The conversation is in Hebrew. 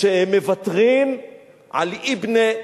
שהם מוותרים על יִבּנֶה,